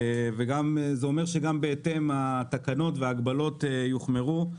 זה אומר שבהתאם גם התקנות וההגבלות יוחמרו.